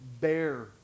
bear